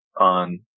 on